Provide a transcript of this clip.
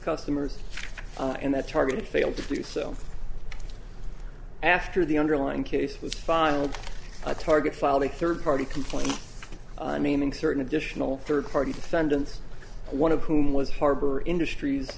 customers and that target failed to do so after the underlying case was filed a target filed a third party complaint naming certain additional third party defendants one of whom was harbor industries